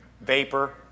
vapor